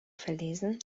verlesen